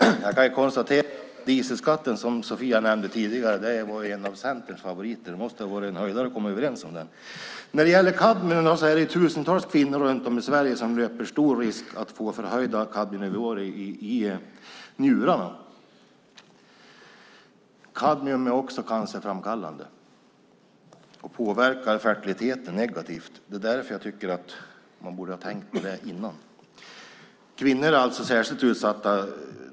Herr talman! Jag kan konstatera att dieselskatten, som Sofia nämnde tidigare, var en av Centerns favoriter. Det måste ha varit en höjdare att komma överens om den. Tusentals kvinnor runt om i Sverige löper stor risk att få förhöjda kadmiumnivåer i njurarna. Kadmium är cancerframkallande och påverkar fertiliteten negativt. Man borde ha tänkt på det innan. Kvinnor är alltså särskilt utsatta.